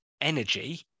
energy